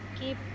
keep